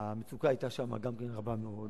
המצוקה היתה שם רבה מאוד,